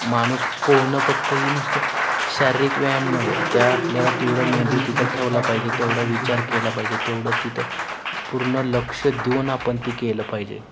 माणूस पोहणं फक्त ही नुसतं शारीरिक व्यायाम नव्हं त्या आपल्याला तेवढं मेंदू तिथं ठेवला पाहिजे तेवढा विचार केला पाहिजे तेवढं तिथं पूर्ण लक्ष देऊन आपण ते केलं पाहिजे